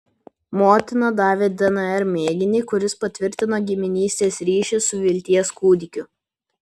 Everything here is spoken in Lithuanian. motina davė dnr mėginį kuris patvirtino giminystės ryšį su vilties kūdikiu